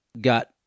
Got